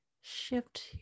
shift